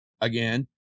Again